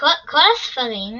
בכל הספרים,